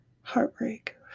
heartbreak